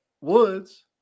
Woods